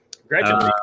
Congratulations